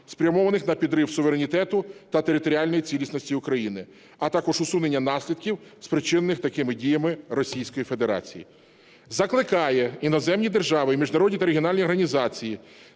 спрямованих на підрив суверенітету та територіальної цілісності України, а також усунення наслідків, спричинених такими діями Російської Федерації. Закликає іноземні держави і міжнародні та регіональні організації